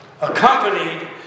Accompanied